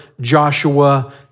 Joshua